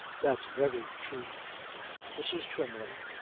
that's very true mrs. twymley.